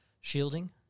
shielding